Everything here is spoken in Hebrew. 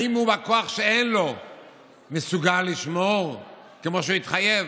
האם הוא בכוח שאין לו מסוגל לשמור כמו שהוא התחייב?